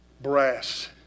brass